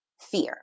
fear